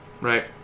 right